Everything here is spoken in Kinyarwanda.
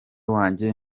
wanjye